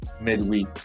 midweek